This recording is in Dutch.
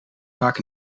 vaak